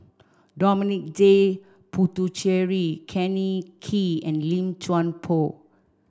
Dominic J Puthucheary Kenneth Kee and Lim Chuan Poh